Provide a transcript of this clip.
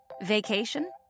Vacation